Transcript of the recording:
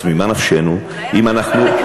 אז ממה נפשנו, אם אנחנו, אולי על הדרך מתקנים?